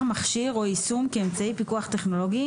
מכשיר או יישום כאמצעי פיקוח טכנולוגי,